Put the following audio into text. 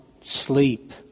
sleep